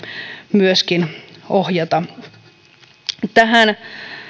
myöskin ohjata tähän